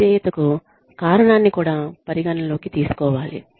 అవిధేయతకు కారణాన్ని కూడా పరిగణనలోకి తీసుకోవాలి